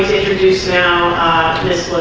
introduce now